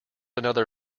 another